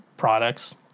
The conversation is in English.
products